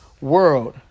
world